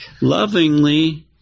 lovingly